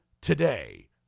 today